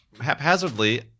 haphazardly